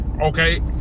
Okay